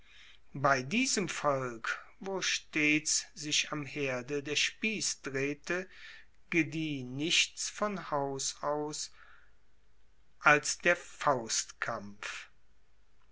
bei diesem volk wo stets sich am herde der spiess drehte gedieh nichts von haus aus als der faustkampf